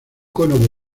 cono